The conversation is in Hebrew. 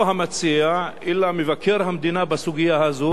לא המציע אלא מבקר המדינה בסוגיה הזו,